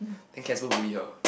then Casper bully her